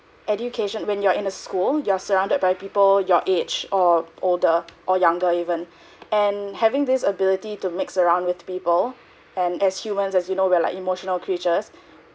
education when you are in a school you are surrounded by people your age or older or younger even and having this ability to mix around with people and as humans as you know we are like emotional creatures